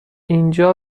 اینجا